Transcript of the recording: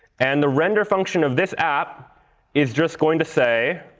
and the render function of this app is just going to say